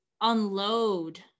unload